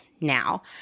now